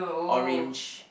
orange